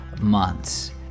months